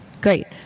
Great